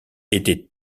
était